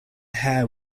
hair